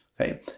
Okay